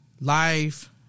life